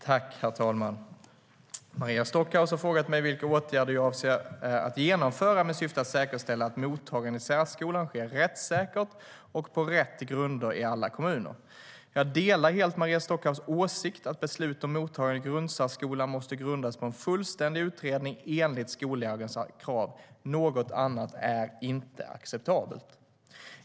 Herr talman! Maria Stockhaus har frågat mig vilka åtgärder jag avser att genomföra med syfte att säkerställa att mottagande i särskolan sker rättssäkert och på rätt grunder i alla kommuner. Jag delar helt Maria Stockhaus åsikt att beslut om mottagande i grundsärskolan måste grundas på en fullständig utredning enligt skollagens krav. Något annat är inte acceptabelt.